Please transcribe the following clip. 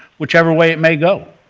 which ever way it may go.